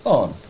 on